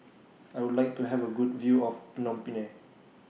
I Would like to Have A Good View of Phnom Penh